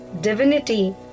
divinity